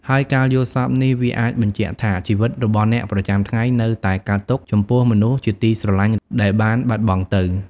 ហើយការយល់សប្តិនេះ វាអាចបញ្ជាក់ថា ជីវិតរបស់អ្នកប្រចាំថ្ងៃ នៅតែកើតទុក្ខ ចំពោះមនុស្សជាទីស្រលាញ់ ដែលបានបាត់បង់ទៅ។